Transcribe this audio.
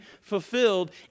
fulfilled